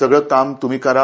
सगळी कामं तुम्ही करा